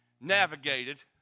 Navigated